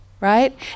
right